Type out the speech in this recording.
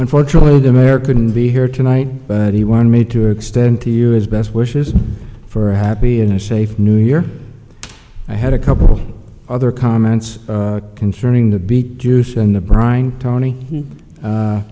unfortunately the american be here tonight but he wanted me to extend to you as best wishes for happy in a safe new year i had a couple other comments concerning the big juice in the brine tony